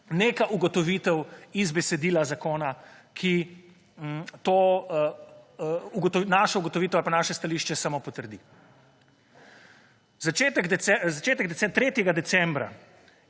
neka ugotovitev iz besedila zakona, ki to našo ugotovitev ali pa naše stališče samo potrdi. Začetek, 3. decembra,